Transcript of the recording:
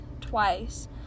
twice